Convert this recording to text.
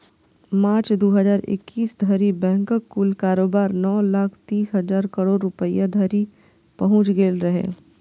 मार्च, दू हजार इकैस धरि बैंकक कुल कारोबार नौ लाख तीस हजार करोड़ रुपैया धरि पहुंच गेल रहै